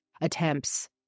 attempts